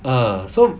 uh so